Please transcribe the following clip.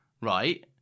right